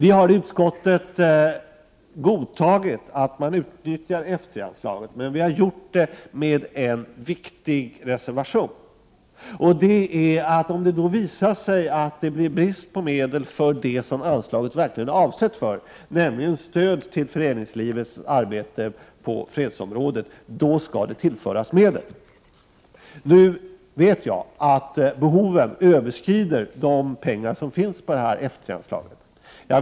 I utskottet har vi godtagit att F 3-anslaget utnyttjas, men det har vi gjort med en viktig reservation. Om det visar sig att det blir brist på medel för det som anslaget är avsett för, nämligen stöd till föreningslivets arbete på fredsområdet, då skall anslaget tillföras medel. Nu vet jag att behovet av pengar överstiger de medel som finns att få ur F 3-anslaget.